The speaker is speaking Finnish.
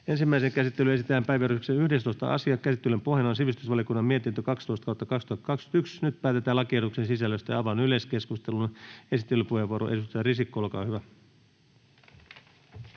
Ensimmäiseen käsittelyyn esitellään päiväjärjestyksen 11. asia. Käsittelyn pohjana on sivistysvaliokunnan mietintö SiVM 12/2021 vp. Nyt päätetään lakiehdotuksen sisällöstä. — Avaan yleiskeskustelun. Esittelypuheenvuoro, edustaja Risikko, olkaa hyvä.